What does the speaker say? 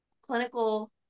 clinical